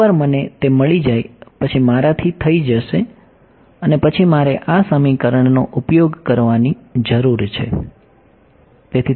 એકવાર મને તે મળી જાય પછી મારાથી થઇ જશે અને પછી મારે આ સમીકરણનો ઉપયોગ કરવાની જરૂર છે